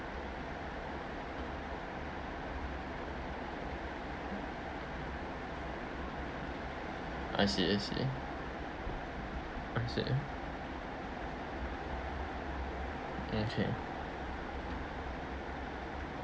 I see I see okay okay